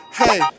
hey